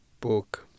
book